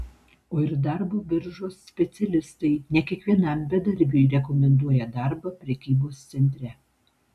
o ir darbo biržos specialistai ne kiekvienam bedarbiui rekomenduoja darbą prekybos centre